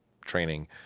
training